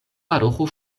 paroĥo